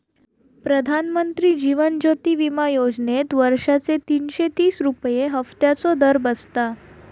प्रधानमंत्री जीवन ज्योति विमा योजनेत वर्षाचे तीनशे तीस रुपये हफ्त्याचो दर बसता